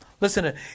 Listen